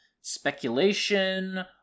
speculation